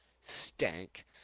stank